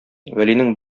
вәлинең